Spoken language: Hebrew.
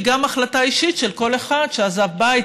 גם החלטה אישית של כל אחד שעזב בית,